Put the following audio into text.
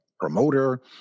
promoter